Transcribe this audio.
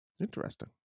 Interesting